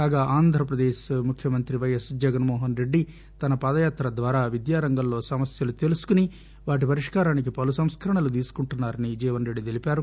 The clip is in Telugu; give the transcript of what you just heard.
కాగా ఆంధ్రప్రదేశ్ ముఖ్యమంత్రి వైఎస్ జగన్మోహన్రెడ్టి తన పాదయాత ద్వారా విద్యారంగంలో సమస్యలు తెలుసుకుని వాటి పరిష్కారానికి పలు సంస్కరణలు తీసుకుంటున్నారని జీవన్రెడ్డి తెలిపారు